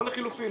או לחילופין.